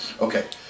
Okay